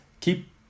keep